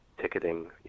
ticketing